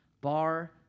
Bar